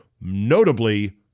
Notably